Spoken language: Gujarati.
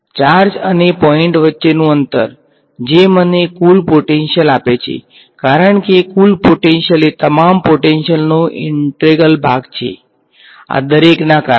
ચાર્જ અને પોઈંટ વચ્ચેનું અંતર જે મને કુલ પોટેંશીયલ આપે છે કારણ કે કુલ પોટેંશીયલ એ તમામ પોટેંશીયલ નો ઈન્ટેગ્રલ ભાગ છે આ દરેકના કારણે